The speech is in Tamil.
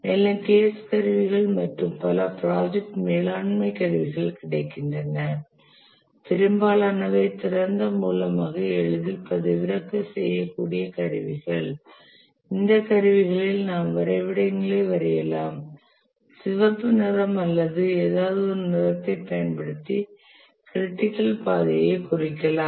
மேலும் CASE கருவிகள் மற்றும் பல ப்ராஜெக்ட் மேலாண்மை கருவிகள் கிடைக்கின்றன பெரும்பாலானவை திறந்த மூலமாக எளிதில் பதிவிறக்கம் செய்யக்கூடிய கருவிகள் இந்தக் கருவிகளில் நாம் வரைபடங்களை வரையலாம் சிவப்பு நிறம் அல்லது ஏதாவது ஒரு நிறத்தை பயன்படுத்தி க்ரிட்டிக்கல் பாதையைக் குறிக்கலாம்